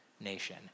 nation